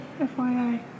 FYI